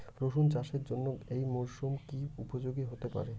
রসুন চাষের জন্য এই মরসুম কি উপযোগী হতে পারে?